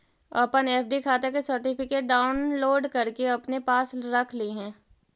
अपन एफ.डी खाता के सर्टिफिकेट डाउनलोड करके अपने पास रख लिहें